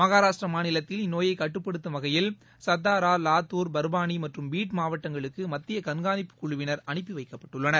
மகாராஷ்ட்டிர மாநிலத்தில் இந்நோயை கட்டுப்படுத்தும் வகையில் சத்தாரா லாத்தூர் பர்பானி மற்றும் பீட் மாவட்டங்களுக்கு மத்திய கண்காணிப்புக் குழுவினர் அனுப்பி வைக்கப்பட்டுள்ளனர்